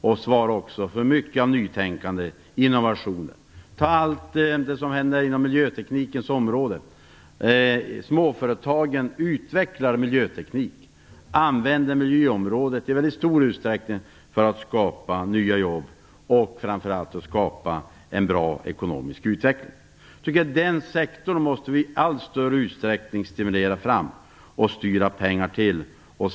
De svarar för mycket av nytänkande och innovationer. Se bara på allt som händer inom miljöteknikens område. Småföretagen utvecklar miljöteknik och använder i stor utsträckning miljöområdet för att skapa nya jobb och en bra ekonomisk utveckling. Vi måste i större utsträckning stimulera den sektorn och styra pengar till den.